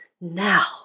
Now